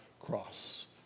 cross